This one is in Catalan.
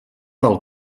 del